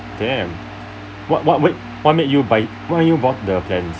damn what what what what made you buy why you bought the plans